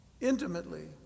intimately